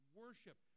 worship